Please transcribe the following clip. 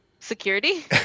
security